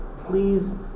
Please